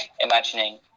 imagining